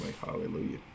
Hallelujah